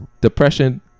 depression